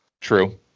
True